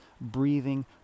breathing